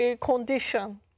condition